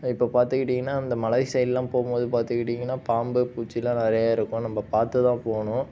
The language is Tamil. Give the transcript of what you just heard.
இப்போ பார்த்துக்கிட்டிங்கனா இந்த மலை சைட் எல்லாம் போகும்போது பார்த்துக்கிட்டிங்கனா பாம்பு பூச்சி எல்லாம் நிறைய இருக்கும் நம்ப பார்த்துதான் போகணும்